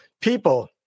people